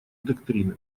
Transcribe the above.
доктринами